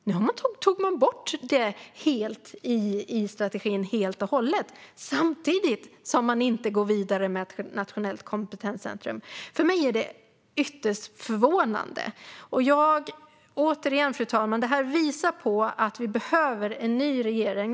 Detta tog man bort ur strategin helt och hållet, samtidigt som man inte går vidare med ett nationellt kompetenscentrum. För mig är det ytterst förvånande. Detta visar återigen, fru talman, att vi behöver en ny regering.